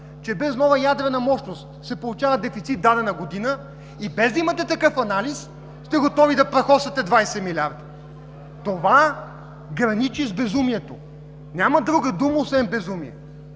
че без нова ядрена мощност, се получава дефицит в дадена година и без да имате такъв анализ, сте готови да прахосате 20 милиарда! Това граничи с безумието. Няма друга дума, освен „безумие“.